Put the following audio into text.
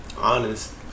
Honest